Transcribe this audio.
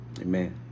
Amen